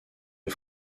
les